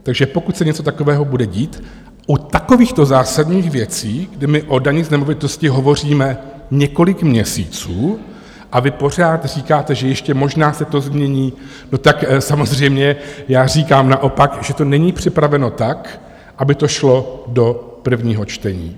Takže pokud se něco takového bude dít u takovýchto zásadních věcí, kdy my o dani z nemovitostí hovoříme několik měsíců, a vy pořád říkáte, že ještě možná se to změní, tak samozřejmě já říkám naopak, že to není připraveno tak, aby to šlo do prvního čtení.